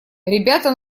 ребята